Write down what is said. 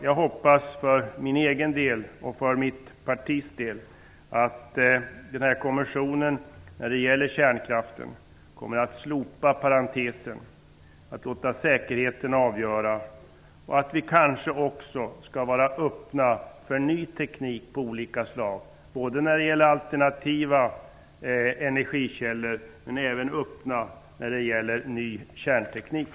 Jag hoppas för min egen och mitt partis del att kommissionen kommer att slopa parentesen och låta säkerheten avgöra. Vi kanske också skall vara öppna för ny teknik av olika slag, både när det gäller alternativa energikällor och när det gäller ny kärnteknik.